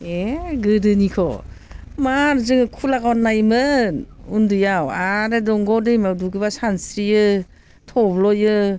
एह गोदोनिखौ मार जोङो खुला गान नायोमोन उन्दैयाव आरो दंग' दैमायाव दुगैबा सानस्रियो थब्ल'यो